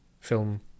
film